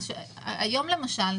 היום למשל,